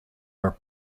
where